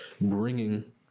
bringing